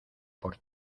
por